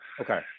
Okay